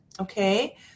Okay